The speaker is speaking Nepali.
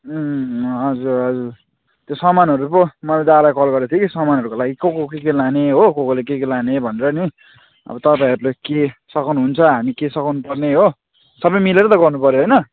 उम् उम् हजुर हजुर त्यो सामानहरू पो मैले दादालाई कल गरेको थिएँ कि सामानहरूको लागि को को के के लाने हो को कोले के के लाने भनेर नि अब तपाईँहरूले के सघाउनुहुन्छ हामी के सघाउनु पर्ने हो सबै मिलेर त गर्नुपर्यो होइन